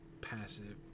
passive